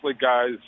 guys